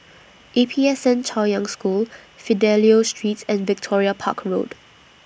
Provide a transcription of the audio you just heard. A P S N Chaoyang School Fidelio Street and Victoria Park Road